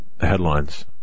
Headlines